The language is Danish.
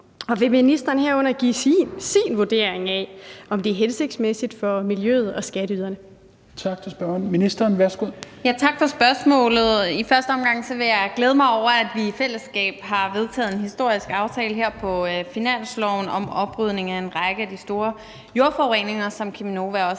Tak til spørgeren. Ministeren, værsgo. Kl. 16:58 Miljøministeren (Lea Wermelin): Tak for spørgsmålet. I første omgang vil jeg glæde mig over, at vi i fællesskab har vedtaget en historisk aftale på finansloven om oprydning af en række af de store jordforureninger, som Cheminova også er